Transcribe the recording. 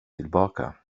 tillbaka